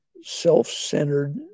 self-centered